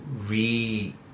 re